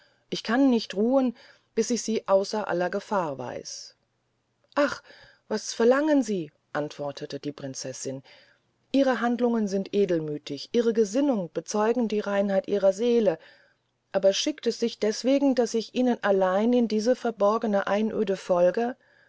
ich kann nicht ruhen bis ich sie ausser aller gefahr weiß ach was verlangen sie antwortete die prinzessin ihre handlungen sind edelmüthig ihre gesinnungen bezeugen die reinheit ihrer seele aber schickt es sich deswegen daß ich ihnen allein in diese verborgene einöde folge